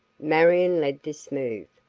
marion led this move,